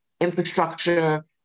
infrastructure